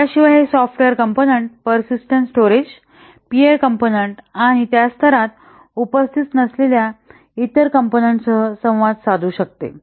याशिवाय हे software component persistent storage peer component आणि त्याच स्तरात उपस्थित असलेल्या इतर कॉम्पोनन्ट सह संवाद साधू शकतो